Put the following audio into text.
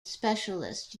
specialist